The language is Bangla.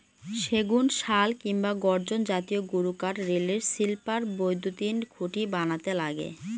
সেগুন, শাল কিংবা গর্জন জাতীয় গুরুকাঠ রেলের স্লিপার, বৈদ্যুতিন খুঁটি বানাতে লাগে